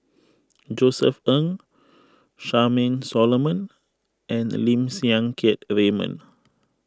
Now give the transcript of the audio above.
Josef Ng Charmaine Solomon and Lim Siang Keat Raymond